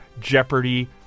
Jeopardy